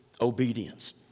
obedience